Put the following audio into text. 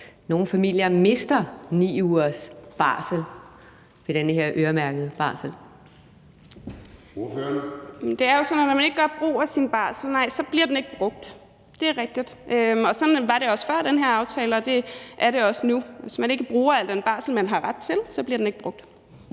Kl. 16:06 Astrid Carøe (SF): Det er jo sådan, at når man ikke gør brug af sin barsel, bliver den ikke brugt. Det er rigtigt. Sådan var det også før den her aftale, og det er det også nu. Hvis man ikke bruger al den barsel, man har ret til, bliver den ikke brugt.